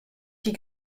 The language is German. die